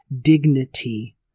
dignity